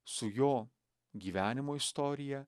su jo gyvenimo istorija